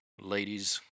ladies